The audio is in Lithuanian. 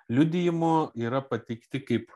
liudijimų yra pateikti kaip